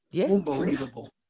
Unbelievable